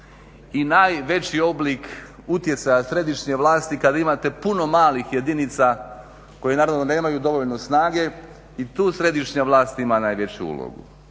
i najveći oblik utjecaja središnje vlasti kada imate puno malih jedinica koje nemaju dovoljno snage i tu središnja vlast ima najveću ulogu.